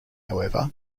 however